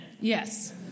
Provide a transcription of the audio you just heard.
Yes